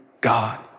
God